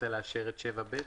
בי מההצעה.